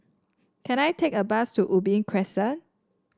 can I take a bus to Ubi Crescent